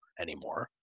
anymore